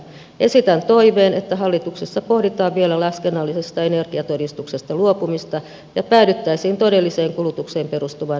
esitän toiveen että hallituksessa pohditaan vielä laskennallisesta energiatodistuksesta luopumista ja päädyttäisiin todelliseen kulutukseen perustuvaan energiatodistukseen